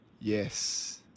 Yes